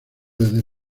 desde